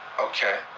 Okay